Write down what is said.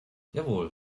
jawohl